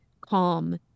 calm